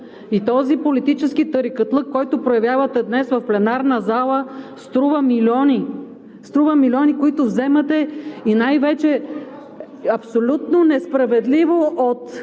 Този политически тарикатлък, който проявявате днес в пленарната зала, струва милиони. Струва милиони, които вземате, и най-вече абсолютно несправедливо от